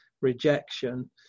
rejection